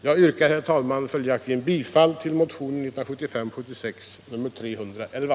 Jag yrkar, herr talman, följaktligen bifall till motionen 1975/76:311.